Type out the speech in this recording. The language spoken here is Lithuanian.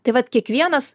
tai vat kiekvienas